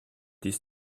dies